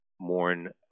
mourn